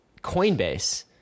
Coinbase